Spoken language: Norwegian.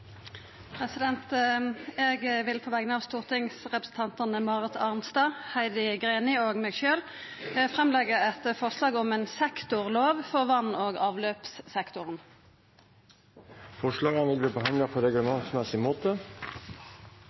vil på vegner av stortingsrepresentantane Marit Arnstad, Heidi Greni og meg sjølv leggja fram eit forslag om sektorlov for vass- og avløpssektoren. Forslagene vil bli behandlet på reglementsmessig måte.